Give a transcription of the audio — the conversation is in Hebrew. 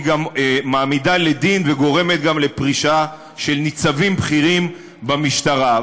היא גם מעמידה לדין וגורמת גם לפרישה של ניצבים בכירים במשטרה.